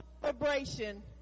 celebration